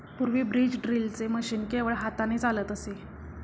पूर्वी बीज ड्रिलचे मशीन केवळ हाताने चालत असे